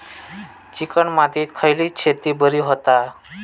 Chicken मातीत खयली शेती बरी होता?